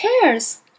chairs